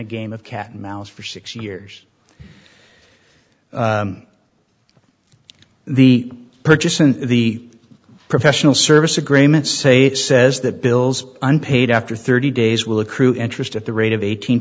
a game of cat and mouse for six years the purchase and the professional service agreements say it says that bills unpaid after thirty days will accrue interest at the rate of eighteen